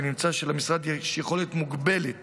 ונמצא שלמשרד יש יכולת מוגבלת